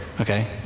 Okay